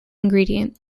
ingredient